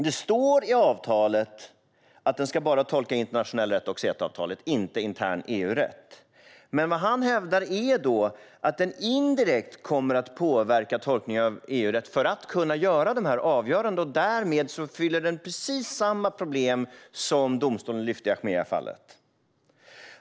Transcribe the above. Det står i avtalet att det bara är internationell rätt och CETA-avtalet som ska tolkas, inte intern EU-rätt. Vad han hävdar är att tolkningen av EU-rätten kommer att påverkas indirekt för att avgöranden ska kunna ges, och därmed blir det precis samma problem som domstolen lyfte upp i fallet Achmea.